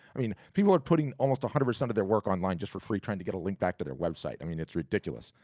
i mean people are putting almost one hundred percent of their work online just for free trying to get a link back to their website. i mean it's ridiculous.